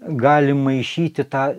gali maišyti tą